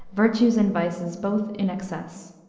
virtues and vices both in excess.